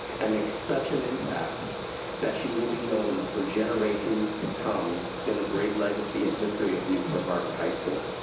and make such an impact that she will be known for generations to come in the great legacy and history of newport harbor high school.